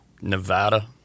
Nevada